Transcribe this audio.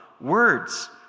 words